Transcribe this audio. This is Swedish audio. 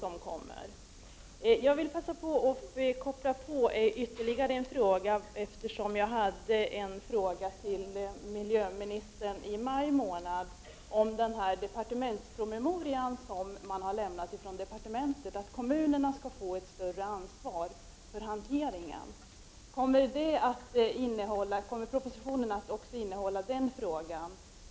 Jag vill passa på att koppla på ytterligare en fråga, eftersom jag ställde en fråga till miljöoch energiministern i maj med anledning av en departementspromemoria, där det står att kommunerna skall få ett större ansvar för hanteringen. Kommer propositionen att beröra också denna fråga?